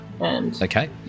Okay